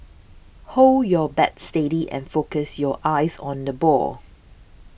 hold your bat steady and focus your eyes on the ball